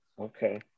Okay